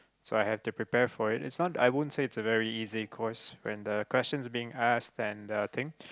so I have to prepare for it it's not I won't say it's a very easy course when the question being ask and thing